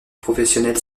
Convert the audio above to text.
professionnelle